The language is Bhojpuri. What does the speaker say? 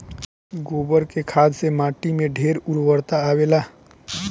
गोबर के खाद से माटी में ढेर उर्वरता आवेला